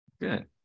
good